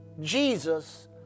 Jesus